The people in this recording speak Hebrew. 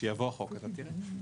כשיבוא החוק אתה תראה.